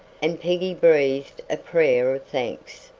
and peggy breathed a prayer of thanks.